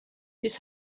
his